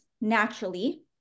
naturally